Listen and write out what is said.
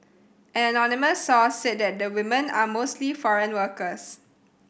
an anonymous source said that the woman are mostly foreign workers